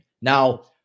Now